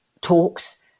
talks